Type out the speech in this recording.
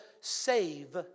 save